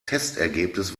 testergebnis